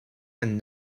and